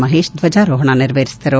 ಮಹೇಶ್ ಧ್ಲಜಾರೋಹಣ ನೆರವೇರಿಸಿದರು